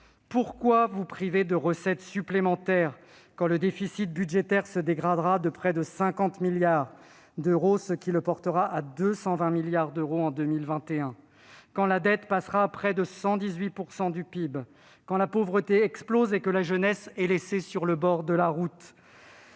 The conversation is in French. Pourquoi vous priver de recettes supplémentaires, alors que le déficit budgétaire se dégradera de près de 50 milliards d'euros, ce qui le portera à 220 milliards d'euros en 2021, et que la dette passera à près de 118 % du PIB ? Alors que la pauvreté explose, que la jeunesse est laissée sur le bord de la route,